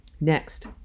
next